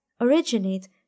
originate